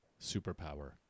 superpower